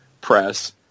press